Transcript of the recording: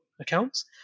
accounts